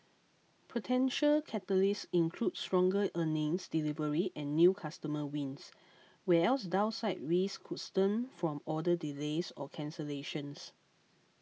potential catalysts include stronger earnings delivery and new customer wins whereas downside risks could stem from order delays or cancellations